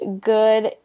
good